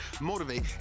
motivate